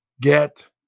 get